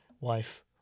Wife